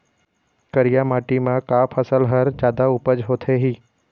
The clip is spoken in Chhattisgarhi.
करिया माटी म का फसल हर जादा उपज होथे ही?